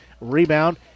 Rebound